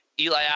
Eli